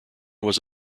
was